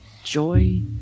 joy